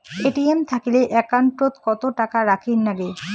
ATM থাকিলে account ওত কত টাকা রাখীর নাগে?